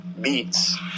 beats